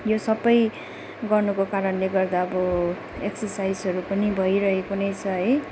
यो सबै गर्नुको कारणले गर्दा अब एक्सर्साइजहरू पनि भइरहेको नै छ है